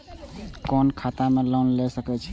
कोन खाता में लोन ले सके छिये?